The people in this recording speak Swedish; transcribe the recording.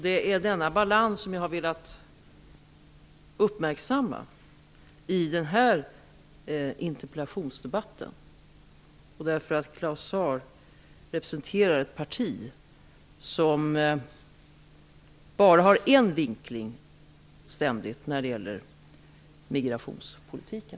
Det är denna balans som jag har velat uppmärksamma i den här interpellationsdebatten, på grund av att Claus Zaar representerar ett parti som ständigt bara har en vinkling när det gäller migrationspolitiken.